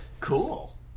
Cool